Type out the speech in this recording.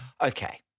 Okay